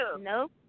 Nope